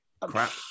crap